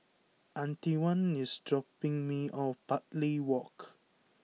Antione is dropping me off Bartley Walk